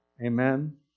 Amen